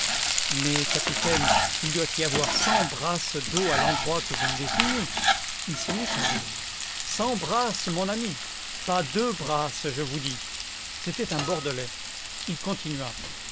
mais capitaine il doit y avoir cent brasses d'eau à l'endroit que vous me désignez il se mit à rire cent brasses mon ami pas deux brasses je vous dis c'était un bordelais il continua